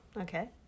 okay